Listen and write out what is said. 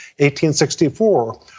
1864